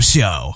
Show